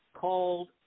called